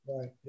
right